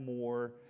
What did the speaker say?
more